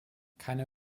keine